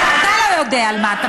את לא יודעת על מה את מדברת.